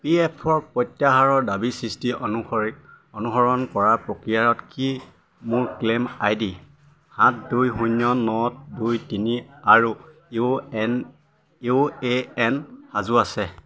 P F প্ৰত্যাহাৰৰ দাবীৰ স্থিতি অনুসৰি অনুসৰণ কৰাৰ প্ৰক্ৰিয়াটো কি মোৰ ক্লেইম আই ডি সাত দুই শূন্য ন দুই তিনি আৰু U N U A N সাজু আছে